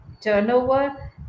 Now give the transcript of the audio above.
turnover